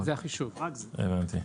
הבנתי.